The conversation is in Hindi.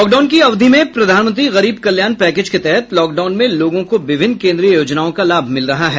लॉकडाउन की अवधि में प्रधानमंत्री गरीब कल्याण पैकेज के तहत लॉकडाउन में लोगों को विभिन्न केन्द्रीय योजनाओं का लाभ मिल रहा है